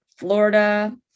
Florida